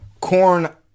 corn